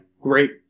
great